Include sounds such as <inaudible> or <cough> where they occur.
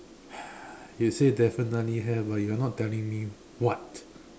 <noise> you say definitely have but you are not telling me what